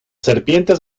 serpientes